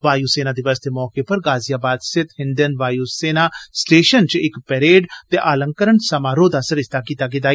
वाय् सेना दिवस दे मौके पर गाज़ियाबाद स्थित हिन् न वाय्सेना स्टेशन च इक परे ते आलंकरण समारोह दा सरिस्ता कीता जा रदा ऐ